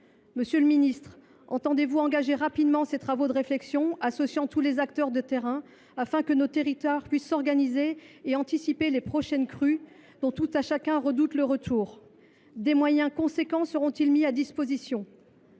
Monsieur le ministre, entendez vous engager rapidement ces réflexions, associant tous les acteurs de terrain, afin que nos territoires puissent s’organiser et anticiper les prochaines crues, dont tout un chacun redoute le retour ? Des moyens importants seront ils mobilisés ?